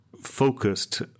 focused